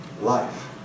life